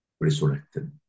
resurrected